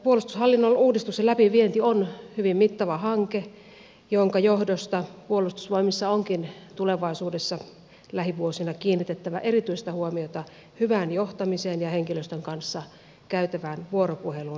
puolustushallinnon uudistuksen läpivienti on hyvin mittava hanke jonka johdosta puolustusvoimissa onkin tulevaisuudessa lähivuosina kiinnitettävä erityistä huomiota hyvään johtamiseen ja henkilöstön kanssa käytävään vuoropuheluun ja hyvään yhteistoimintaan